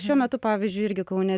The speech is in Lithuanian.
šiuo metu pavyzdžiui irgi kaune